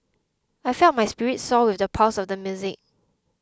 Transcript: I felt my spirits soar with the pulse of the music